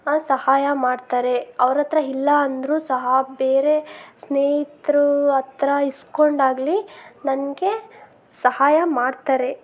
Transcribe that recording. ಸಹಾಯ ಮಾಡ್ತಾರೆ ಅವರತ್ರ ಇಲ್ಲ ಅಂದರೂ ಸಹ ಬೇರೆ ಸ್ನೇಹಿತ್ರ ಹತ್ರ ಇಸ್ಕೊಂಡಾಗಲಿ ನನಗೆ ಸಹಾಯ ಮಾಡ್ತಾರೆ